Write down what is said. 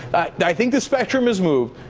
that i think the spectrum has moved.